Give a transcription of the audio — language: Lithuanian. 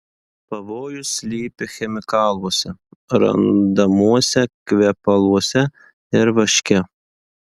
pavojus slypi chemikaluose randamuose kvepaluose ir vaške